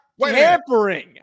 tampering